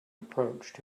approached